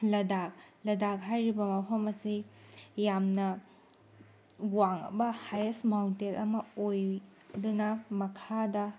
ꯂꯗꯥꯛ ꯂꯗꯥꯛ ꯍꯥꯏꯔꯤꯕ ꯃꯐꯝ ꯑꯁꯤ ꯌꯥꯝꯅ ꯋꯥꯡꯉꯕ ꯍꯥꯏꯌꯦꯁ ꯃꯥꯎꯟꯇꯦꯟ ꯑꯃ ꯑꯣꯏꯗꯨꯅ ꯃꯈꯥꯗ